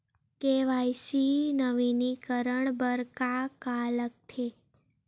KYC नवीनीकरण बर का का लगथे?